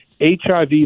HIV